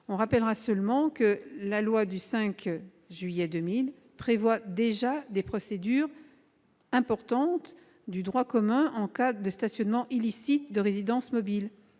de rappeler au Gouvernement que la loi du 5 juillet 2000 prévoit déjà des procédures exorbitantes du droit commun en cas de stationnement illicite de résidences mobiles-